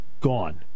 Gone